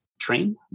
train